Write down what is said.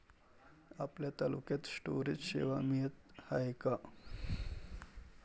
आपल्या तालुक्यात स्टोरेज सेवा मिळत हाये का?